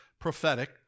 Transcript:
prophetic